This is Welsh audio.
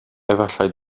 efallai